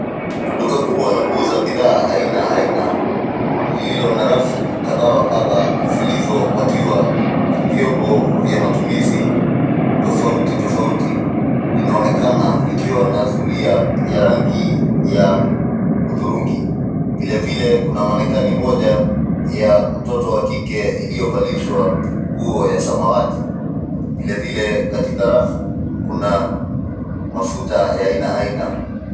Duka kubwa la kuuza bidhaa aina aina lililo na rafu kadha wa kadha zilizopakiwa vyombo vya matumizi tofauti, tofauti linaonekanaa likiwa na zulia ya rangi ya hudhurungi. Vile vile kuna mannequin moja ya mtoto wa kike iliyovalishwa nguo ya samawati. Vile vile katika rafu kuna mafuta ya aina aina.